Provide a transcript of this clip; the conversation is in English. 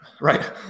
right